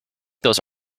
those